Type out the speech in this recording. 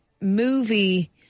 movie